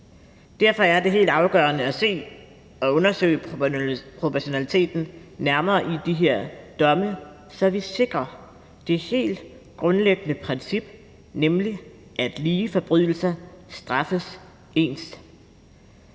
Derfor er det helt afgørende at undersøge og se proportionaliteten nærmere efter i de her domme, så vi sikrer det helt grundlæggende princip, nemlig at lige forbrydelser straffes ens.